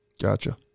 gotcha